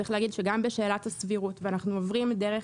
צריך להגיד שגם בשאלת הסבירות ואנחנו עוברים דרך